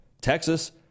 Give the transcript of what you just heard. Texas